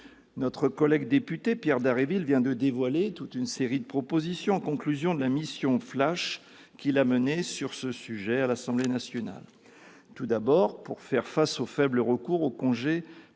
Notre collègue député Pierre Dharréville vient de dévoiler toute une série de propositions en conclusion de la « mission flash » qu'il a menée sur ce sujet à l'Assemblée nationale. Tout d'abord, pour promouvoir le recours au congé de